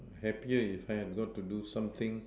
happier if I had got to do something